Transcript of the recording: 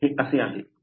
तर हे असे आहे